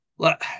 Look